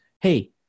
Hey